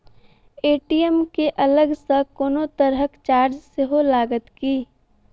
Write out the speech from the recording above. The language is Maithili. ए.टी.एम केँ अलग सँ कोनो तरहक चार्ज सेहो लागत की?